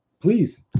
please